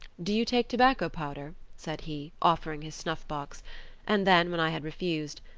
do you take tobacco powder said he, offering his snuff-box and then, when i had refused,